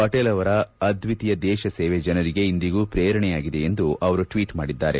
ಪಟೇಲ್ ಅವರ ಅದ್ವಿತೀಯ ದೇಶ ಸೇವೆ ಜನರಿಗೆ ಇಂದಿಗೂ ಪ್ರೇರಣೆಯಾಗಿದೆ ಎಂದು ಅವರು ಟ್ವೀಟ್ ಮಾಡಿದ್ದಾರೆ